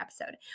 episode